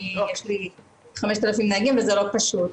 כי יש לי 5,000 נהגים וזה לא פשוט.